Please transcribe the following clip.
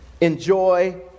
enjoy